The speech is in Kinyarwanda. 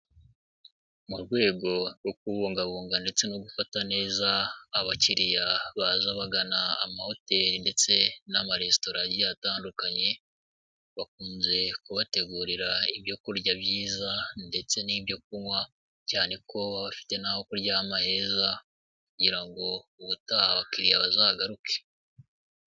Mu rwego rwo kubungabunga ndetse no gufata neza abakiriya baza bagana amahoteli ndetse n'amaresitora agiye atandukanye, bakunze kubategurira ibyo kurya byiza ndetse n'ibyo kunywa cyane ko baba bafite n'aho kuryama heza kugira ngo ubutaha abakiriya bazagaruke.